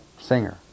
Singer